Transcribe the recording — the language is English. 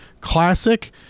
classic